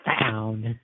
found